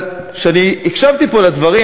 אבל כשאני הקשבתי פה לדברים,